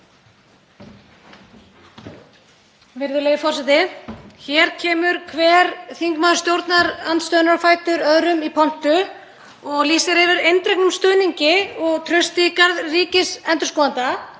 Virðulegi forseti. Hér kemur hver þingmaður stjórnarandstöðunnar á fætur öðrum í pontu og lýsir yfir eindregnum stuðningi og trausti í garð ríkisendurskoðanda